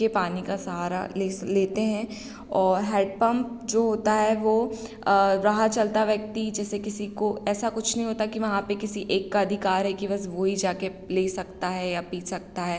के पानी का सहारा ले स लेते हैं और हैडपंप जो होता है वो राह चलता व्यक्ति जैसे किसी को ऐसा कुछ नहीं होता कि वहाँ पे किसी एक का अधिकार है कि बस वोही जा के ले सकता है या पी सकता है